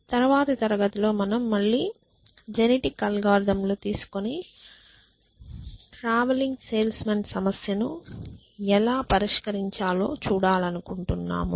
తరువాతి తరగతిలో మనము మళ్ళీ జెనెటిక్ అల్గోరిథంలను తీసుకుని ట్రావెలింగ్ సేల్స్ మాన్ సమస్యను ఎలా పరిష్కరించాలో చూడాలనుకుంటున్నాము